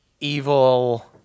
evil